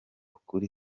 kuri